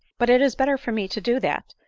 but it is better for me to do that,